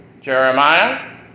Jeremiah